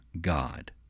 God